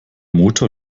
motor